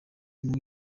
muri